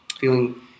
feeling